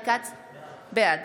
בעד